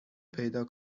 پیدا